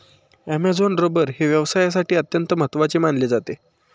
Amazon rubber हे व्यवसायासाठी अत्यंत महत्त्वाचे मानले जाते